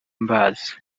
mbazi